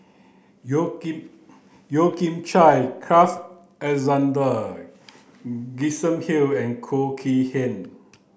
Yeo Kian Yeo Kian Chye Carl Alexander Gibson Hill and Khoo Kay Hian